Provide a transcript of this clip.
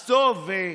אז טוב,